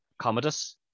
commodus